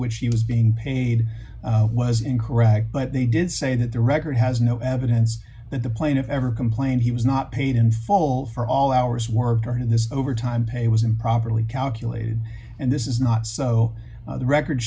which he was being paid was incorrect but they did say that the record has no evidence that the plaintiff ever complained he was not paid in full for all hours worked or in this overtime pay was improperly calculated and this is not so the record